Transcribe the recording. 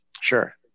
sure